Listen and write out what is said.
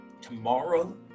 tomorrow